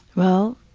well,